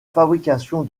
fabrication